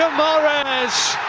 mahrez,